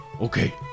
okay